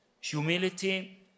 Humility